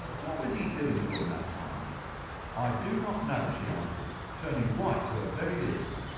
what was he doing during that time i do not know she answered, turning white to her very lips.